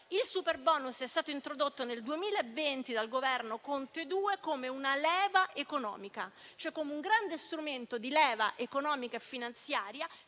Il superbonus è stato introdotto nel 2020 dal Governo Conte II come una leva economica, cioè come un grande strumento di leva economica e finanziaria